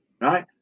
right